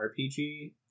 rpg